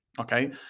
okay